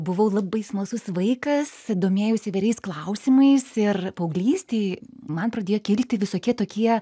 buvau labai smalsus vaikas domėjausi įvairiais klausimais ir paauglystėj man pradėjo kilti visokie tokie